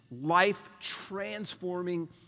life-transforming